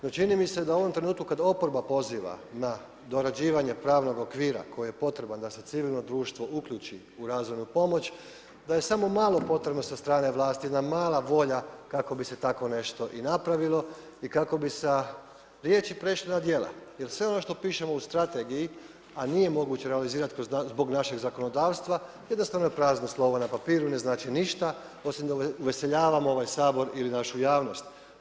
No čini mi se da u ovom trenutku kada oporba poziva na dorađivanje pravnog okvira koji je potreban da se civilno društvo uključi u razvojnu pomoć da je samo malo potrebno sa strane vlasti, jedna mala volja kako bi se tako nešto i napravilo i kako bi sa riječi prešli na djela jer sve ono što pišemo u strategiji a nije moguće realizirati zbog našeg zakonodavstva, jednostavno je prazno slovo na papiru i ne znači ništa osim da uveseljavamo ovaj Sabor ili našu javnost.